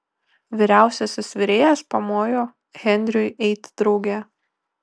vyriausiasis virėjas pamojo henriui eiti drauge